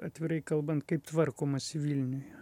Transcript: atvirai kalbant kaip tvarkomasi vilniuje